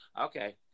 okay